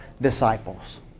disciples